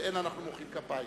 ואין אנחנו מוחאים כפיים.